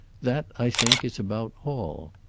that i think is about all.